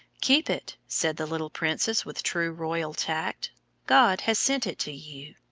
keep it, said the little princess, with true royal tact god has sent it to you.